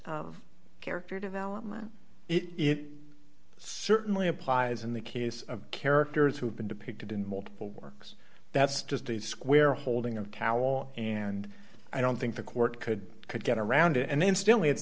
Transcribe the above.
of character development it certainly applies in the case of characters who have been depicted in multiple works that's just a square holding of cowal and i don't think the court could could get around it and instantly it's